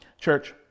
Church